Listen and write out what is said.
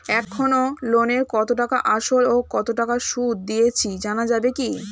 এখনো লোনের কত টাকা আসল ও কত টাকা সুদ দিয়েছি জানা যাবে কি?